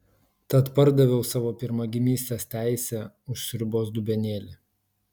tad pardaviau savo pirmagimystės teisę už sriubos dubenėlį